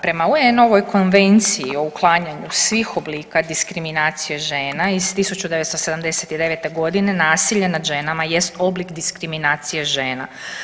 Prema UN-ovoj Konvenciji o uklanjanju svih oblika diskriminacije žena iz 1979. godine nasilje nad ženama jest oblik diskriminacije žena.